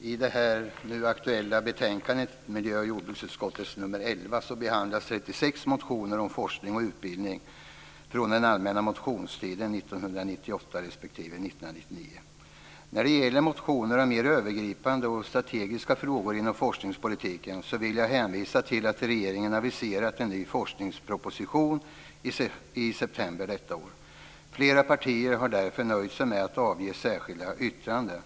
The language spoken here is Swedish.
I det nu aktuella betänkandet, miljöoch jordbruksutskottets betänkande nr 11, behandlas När det gäller motioner om mer övergripande och strategiska frågor inom forskningspolitiken vill jag hänvisa till att regeringen aviserat en ny forskningsproposition i september detta år. Flera partier har därför nöjt sig med att avge särskilda yttranden.